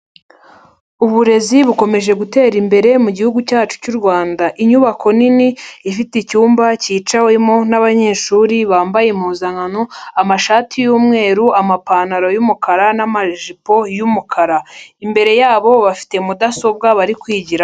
Uburezi bukomeje gutera imbere mu gihugu cyacu cy'u Rwanda. Inyubako nini ifite icyumba cyicawemo n'abanyeshuri bambaye impuzankano, amashati y'umweru, amapantaro y'umukara n'amajipo y'umukara. Imbere yabo bafite mudasobwa bari kwigiramo.